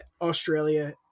Australia